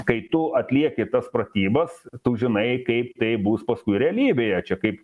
kai tu atlieki tas pratybas tu žinai kaip tai bus paskui realybėje čia kaip